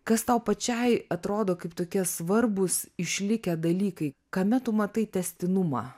kas tau pačiai atrodo kaip tokie svarbūs išlikę dalykai kame tu matai tęstinumą